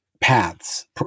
paths